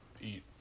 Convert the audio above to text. eat